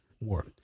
war